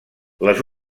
les